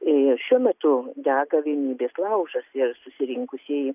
ir šiuo metu dega vienybės laužas ir susirinkusieji